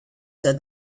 said